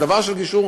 הדבר של גישור,